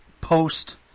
Post